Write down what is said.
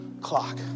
clock